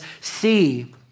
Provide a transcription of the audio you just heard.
See